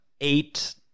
eight